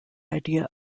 idea